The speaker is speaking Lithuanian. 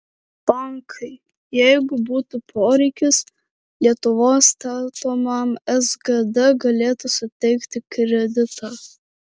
bankai jeigu būtų poreikis lietuvos statomam sgd galėtų suteikti kreditą